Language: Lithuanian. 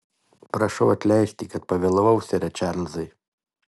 prašau atleisti kad pavėlavau sere čarlzai